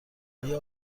آیا